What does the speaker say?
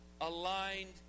Aligned